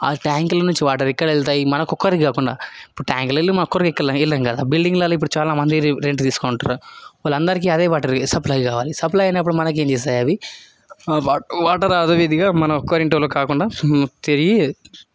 ఆ ట్యాంక్లో నుంచి వాటర్ ఎక్కడ వెళ్తాయి మనకు ఒక్కరికే కాకుండా ఇప్పుడు ట్యాంక్లల్లో మనం ఒక్కరిమే ఇవ్వలేము కదా బిల్డింగ్లల్లో ఇప్పుడు చాలామంది రెంట్ తీసుకొని ఉంటారు వాళ్ళు అందరికీ అదే వాటర్ సప్లై కావాలి సప్లై అయినప్పుడు మనకి ఏం చేస్తాయి అవి వాటర్ అదేవిధంగా మన ఒక్క ఇంటికే కాకుండా తిరిగి